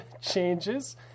changes